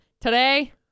today